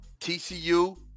tcu